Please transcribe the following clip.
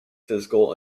physical